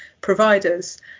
providers